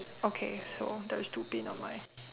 okay so there is two pin on my